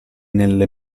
nelle